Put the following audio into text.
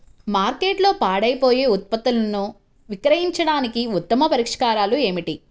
మార్కెట్లో పాడైపోయే ఉత్పత్తులను విక్రయించడానికి ఉత్తమ పరిష్కారాలు ఏమిటి?